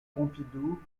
pompidou